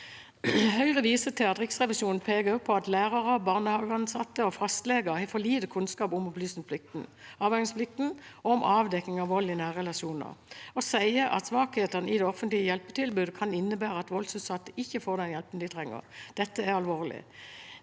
Høyre viser til at Riksrevisjonen peker på at lærere, barnehageansatte og fastleger har for lite kunnskap om opplysningsplikten, avvergingsplikten og avdekking av vold i nære relasjoner, og sier at svakhetene i det offentlige hjelpetilbudet kan innebære at voldsutsatte ikke får den hjelpen de trenger. Dette er alvorlig.